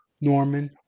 Norman